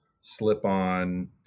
slip-on